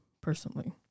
personally